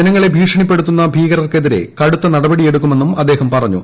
ജനങ്ങളെ ഭീഷണിപ്പെടുത്തുന്ന ഭീകരർക്കെതിരെ കടുത്ത നടപടിയെടുക്കുമെന്നും അദ്ദേഹം പറഞ്ഞു